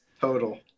Total